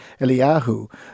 Eliyahu